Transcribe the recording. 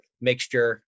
mixture